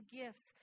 gifts